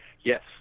yes